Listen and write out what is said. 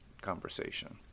conversation